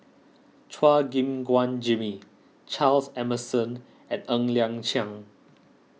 Chua Gim Guan Jimmy Charles Emmerson and Ng Liang Chiang